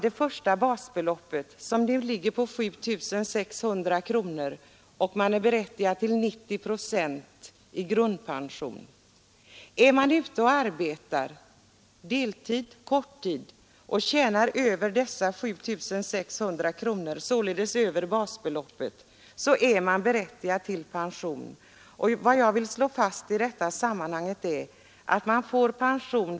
Det första basbeloppet är på 7 600 kronor, och man är berättigad till 90 procent av den summan i grundpension. Den som har korttidseller deltidsarbete och tjänar mer än dessa 7 600 kronor och således har en inkomst över basbeloppet är berättigad till ATP-pension.